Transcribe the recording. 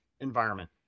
environment